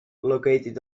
located